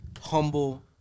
humble